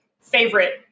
favorite